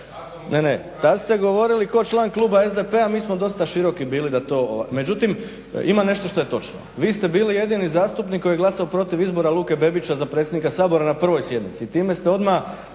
Ne, tad ste govorili kao član kluba SDP-a, mi smo dosta široki bili da to, međutim ima nešto što je točno. Vi ste bili jedini zastupnik koji je glasao protiv izbora Luke Bebića za predsjednika Sabora na prvoj sjednici. Time ste odmah